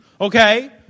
Okay